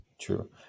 True